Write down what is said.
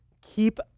keep